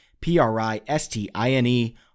P-R-I-S-T-I-N-E